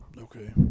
Okay